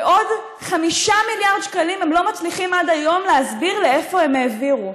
ועוד 5 מיליארד שקלים הם לא מצליחים עד היום להסביר לאיפה הם העבירו.